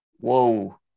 whoa